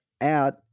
out